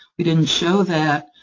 we didn't show that,